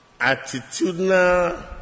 attitudinal